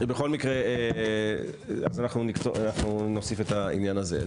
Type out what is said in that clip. בכל מקרה, אנחנו נוסיף את העניין הזה.